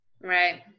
Right